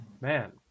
man